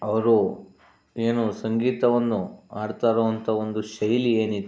ಅವರು ಏನು ಸಂಗೀತವನ್ನು ಆಡ್ತಾಯಿರುವಂತಹ ಒಂದು ಶೈಲಿ ಏನಿತ್ತು